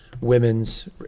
women's